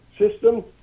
System